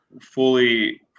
fully